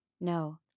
No